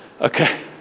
Okay